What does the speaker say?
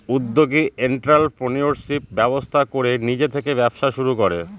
উদ্যোগী এন্ট্ররপ্রেনিউরশিপ ব্যবস্থা করে নিজে থেকে ব্যবসা শুরু করে